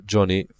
Johnny